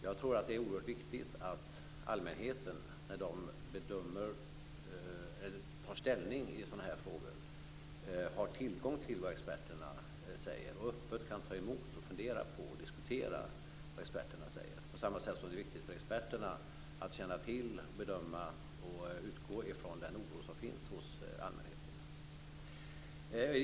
Jag tror att det är oerhört viktigt att allmänheten, när den tar ställning i sådana här frågor, har tillgång till vad experterna säger och öppet kan ta emot, fundera på och diskutera vad experterna säger på samma sätt som det är viktigt för experterna att känna till, bedöma och utgå från den oro som finns hos allmänheten.